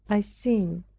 i sin,